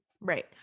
Right